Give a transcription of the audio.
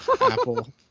Apple